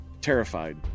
terrified